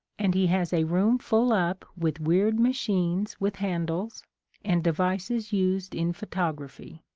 and he has a room full up with weird machines with handles and devices used in photography.